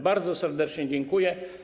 Bardzo serdecznie dziękuję.